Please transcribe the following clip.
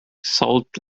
salt